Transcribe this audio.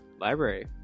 library